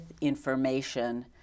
information